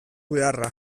beharra